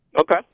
Okay